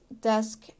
desk